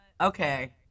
okay